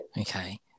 Okay